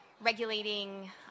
regulating